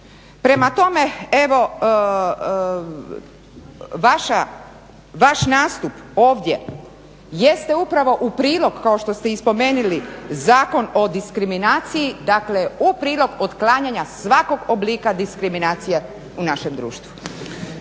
Prema tome, evo vaš nastup ovdje jeste upravo u prilog kao što ste i spomenuli, Zakon o diskriminaciji, dakle u prilog otklanjanja svakog oblika diskriminacije u našem društvu.